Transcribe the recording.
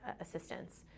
assistance